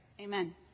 Amen